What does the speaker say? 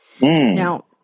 Now